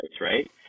right